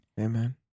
Amen